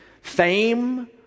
Fame